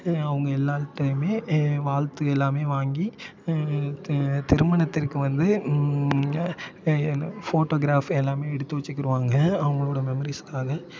அவங்க எல்லாேர்ட்டையுமே வாழ்த்து எல்லாமே வாங்கி தி ட் திருமணத்திற்கு வந்து ஃபோட்டோக்ராப் எல்லாமே எடுத்து வெச்சுக்கிருவாங்க அவங்களோட மெமரிஸ்காக